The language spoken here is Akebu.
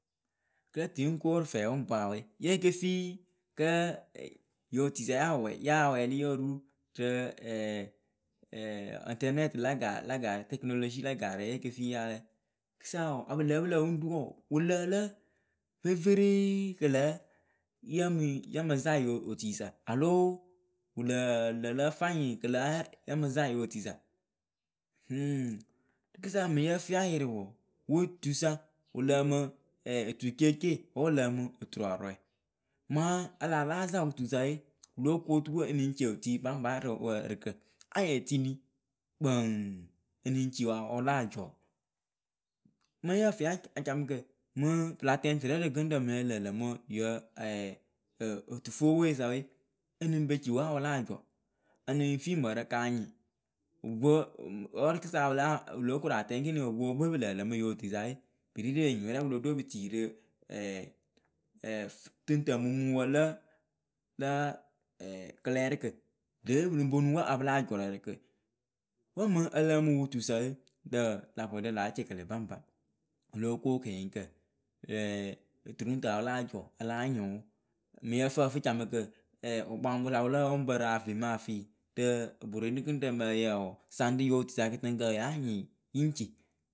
Kɨ yǝ tɨ yɨŋ ko rɨ fɛɛpʊŋpwaa we yeeke fii kǝ yɨ otuisa ya wɛɛlɩ yo ru kǝ́ ɛŋtɛrnɛti la ga la gaarǝ tɛkɨnolozi la gaarǝ yeke fii ya lɛ rɨkɨsa wǝǝ ya pɨ lǝ́ǝ pǝ́ lǝ wɨŋ ru wǝǝ wɨ lǝ lǝ veferee kɨ lǝ ya mɨ ya mɨ za yio otuisa aloo wɨ lǝǝ lǝ lǝ fanyɩ kɨ la ya mɨ za yɨ otuisa kɨsa mɨŋ yǝ fɨ ya yɩrɩ wǝ wɨ tuisa wɨ lǝǝmǝ otuceecee wǝ́ wɨ lǝǝmɨ oturɔɔrɔɛ. Mɨŋ a laa láa za wɨ tusa we wɨ lóo kuŋ oyuru ǝ lɨŋ ci otui baŋba rɨ wǝ ǝrɨkǝ anyɩŋ etini kpǝǝŋ ǝ lɨŋ ci wa wɨ láa jɔ mɨŋ yǝh fɨ ya acamɨkǝ mɨŋ pɨla tɛŋ tɨrɛ rɨ gɨŋrǝ mɨŋ ǝ lǝǝ lǝmɨ yǝ otufopwoisa we ǝ lɨŋ pe ci we a wɨ láa jɔ ǝ nɨŋ fii mǝrǝ ka nyɩŋ, wǝ́ rɨkɨsa pɨ la pɨ lóo koru atɛŋ ekini ŋpǝ epǝ we pɨ lǝǝ lǝmɨ yi otuisa we pɨ rɩ rɨ enyipǝ rɛ pɨ lo ɖ pɨ tii rǝ tɨŋtǝǝmumuŋwǝ lǝ la kɨleɛɗɩkǝ dope pɨ lɨŋ po nuŋ we a pɨ láa jɔ rɨ ǝrɨkǝ. Wǝ́ mɨŋ ǝ lǝǝmɨ wɨ tusawe lǝ̈ lä vɔɖǝ láa cɛkɛlɛ baŋba o lóo ko kɨnyɩŋkǝ. turuŋtu a wɨ láa jɔ a láa nyɩŋ wɨ. Mɨŋ yǝ fɨ ǝfɨcamɨkǝ wɨkpaŋkpǝ sa wɨ lǝ pǝ wɨŋ pǝ rɨ afimafi rɨ borenigɨŋrǝ mɨ ǝyǝ wǝ saŋ rɨ yǝ otuisa kɨtɨŋkǝ wǝ́ yáa nyɩŋ yɨŋ ci.